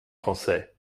français